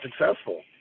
successful